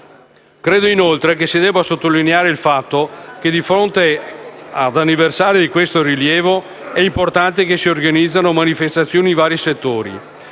Credo, inoltre, che si debba sottolineare il fatto che, di fronte ad anniversari di questo rilievo, è importante che si organizzino manifestazioni in vari settori.